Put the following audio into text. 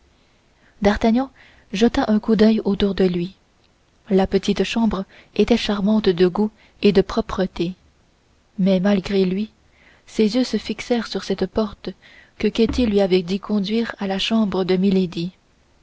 d'artagnan jeta un coup d'oeil autour de lui la petite chambre était charmante de goût et de propreté mais malgré lui ses yeux se fixèrent sur cette porte que ketty lui avait dit conduire à la chambre de